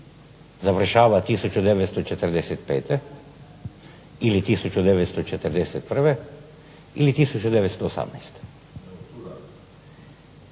završava 1945. ili 1941. ili 1918.?